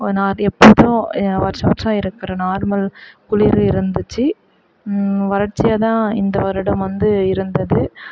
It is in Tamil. ஒ நான் எப்போதும் வருஷா வருஷம் இருக்கிற நார்மல் குளிர் இருந்துச்சு வறட்சியாக தான் இந்த வருடம் வந்து இருந்தது